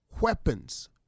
weapons